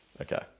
okay